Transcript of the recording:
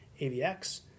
AVX